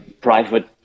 private